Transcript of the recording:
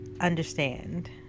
understand